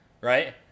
Right